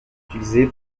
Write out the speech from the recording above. utilisées